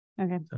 Okay